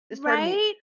Right